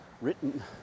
written